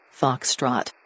Foxtrot